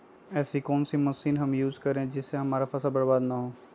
ऐसी कौन सी मशीन हम यूज करें जिससे हमारी फसल बर्बाद ना हो?